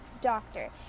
doctor